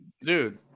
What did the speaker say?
dude